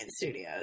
studios